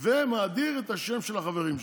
ומאדיר את השם של החברים שלו.